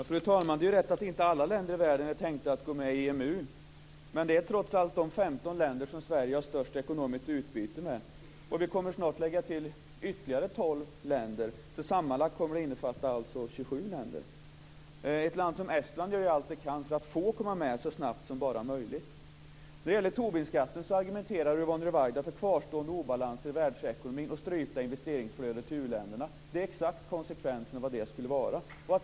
Fru talman! Det är rätt att inte alla länder i världen är tänkta att gå med i EMU. Men det är trots allt de 15 länder som Sverige har störst ekonomiskt utbyte med, och vi kommer snart att lägga till ytterligare 12 länder. Sammanlagt kommer det alltså att innefatta 27 länder. I ett land som Estland gör man allt man kan för att få komma med så snabbt det bara är möjligt. När det gäller Tobinskatt argumenterar Yvonne Ruwaida för kvarstående obalanser i världsekonomin och strypta investeringsflöden till u-länderna. Det är exakt konsekvenserna av vad det skulle vara.